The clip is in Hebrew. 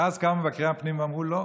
ואז קמו מבקרי הפנים ואמרו: לא,